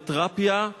לתרפיה,